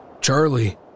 Charlie